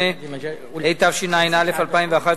28) (מספר הסגנים בעיריית ירושלים),